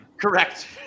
Correct